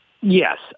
Yes